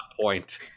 point